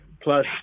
plus